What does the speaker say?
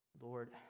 Lord